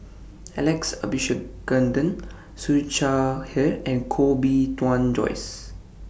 Alex Abisheganaden Siew Shaw Her and Koh Bee Tuan Joyce